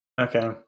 Okay